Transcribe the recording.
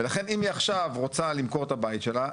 ולכן אם היא עכשיו רוצה למכור את הבית שלה,